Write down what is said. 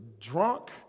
drunk